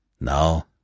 Now